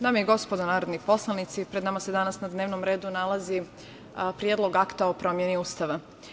Dame i gospodo narodni poslanici, pred nama se danas na dnevnom redu nalazi Predlog akta o promeni Ustava.